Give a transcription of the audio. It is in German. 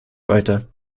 weiter